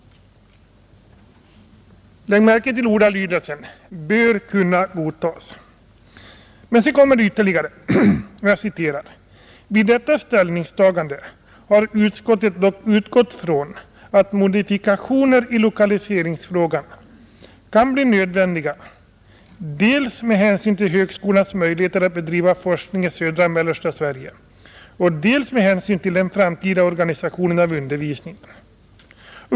Lägg märke till ordalydelsen ”bör kunna godtas”! Därefter anför utskottet: ”Vid detta ställningstagande har utskottet dock utgått från att modifikationer i lokaliseringsfrågan kan bli nödvändiga dels med hänsyn till högskolans möjligheter att bedriva forskning i södra och mellersta Sverige och dels med hänsyn till den framtida organisationen av undervisningen.